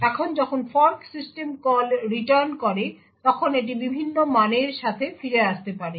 এখন যখন fork system call return করে তখন এটি বিভিন্ন মানের সাথে ফিরে আসতে পারে